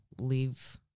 leave